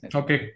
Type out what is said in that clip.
okay